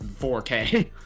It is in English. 4K